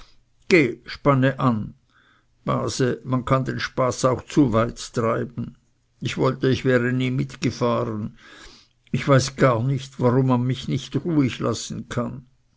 spanne an base man kann den spaß auch zu weit treiben ich wollte ich wäre nie mitgefahren ich weiß gar nicht warum man mich nicht ruhig lassen kann